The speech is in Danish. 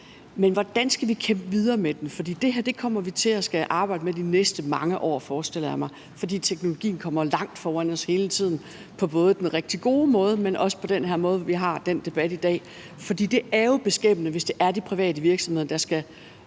men hvordan skal vi kæmpe videre med det? For det her kommer vi til at skulle arbejde med de næste mange år, forestiller jeg mig, fordi teknologien kommer langt foran os hele tiden, både på den rigtig gode måde, men også i forhold til den debat, vi har i dag. For det er jo beskæmmende, hvis det er de private virksomheder, der skal